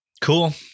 cool